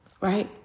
right